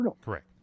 correct